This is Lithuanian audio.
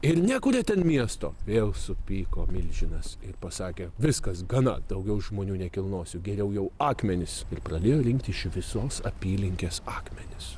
ir nekuria ten miesto vėl supyko milžinas ir pasakė viskas gana daugiau žmonių nekilnosiu geriau jau akmenis ir pradėjo rinkti iš visos apylinkės akmenis